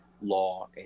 Law